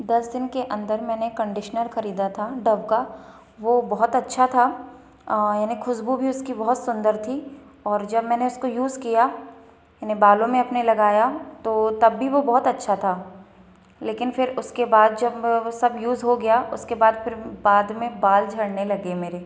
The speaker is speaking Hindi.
दस दिन के अंदर मैंने कंडीशनर खरीदा था डव का वो बहुत अच्छा था और खुशबू भी उसकी बहुत सुंदर थी और जब मैंने उसको यूज़ किया मैंने बालों में अपने लगाया तो तब भी वो बहुत अच्छा था लेकिन फ़िर उसके बाद जब मैं सब यूज़ हो गया उसके बाद फ़िर बाद में बाल झड़ने लगे मेरे